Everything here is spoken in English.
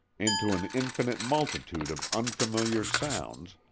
into an infinite multitude of unfamiliar sounds,